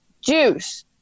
juice